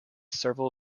several